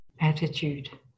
attitude